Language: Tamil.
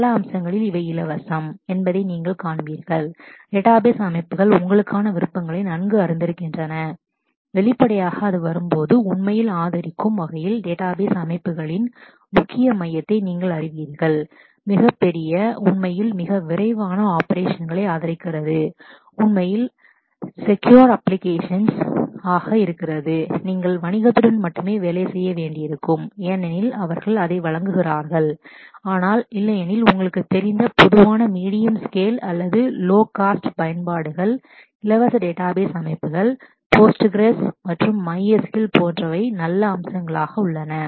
பல அம்சங்களில் இவை இலவசம் free என்பதை நீங்கள் காண்பீர்கள் டேட்டாபேஸ் database அமைப்புகள் உங்களுக்கான விருப்பங்களை நன்கு அறிந்திருக்கின்றன வெளிப்படையாக அது வரும்போது உண்மையில் ஆதரிக்கும் வகையில் டேட்டாபேஸ் database அமைப்புகளின் முக்கிய மையத்தை நீங்கள் அறிவீர்கள் மிகப் பெரிய உண்மையில் மிக விரைவான fast ஆபரேஷன்களை operations ஆதரிக்கிறது உண்மையில் செக்யுவர் அப்ப்ளிகேஷன்ஸ் very secure applicationsஆக இருக்கிறது நீங்கள் வணிகத்துடன் மட்டுமே வேலை செய்ய வேண்டியிருக்கும் ஏனெனில் அவர்கள் அதை வழங்குகிறார்கள் ஆனால் இல்லையெனில் உங்களுக்கு தெரிந்த பொதுவான மீடியம் ஸ்கேல் medium scale அல்லது லோ காஸ்ட் low cost பயன்பாடுகள் இலவச டேட்டாபேஸ் அமைப்புகள் போஸ்ட்கிரெஸ் postcross மற்றும் MySQL இதுபோன்ற நல்ல அம்சங்கள் features உள்ளன